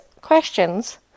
questions